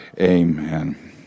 Amen